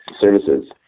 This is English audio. services